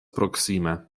proksime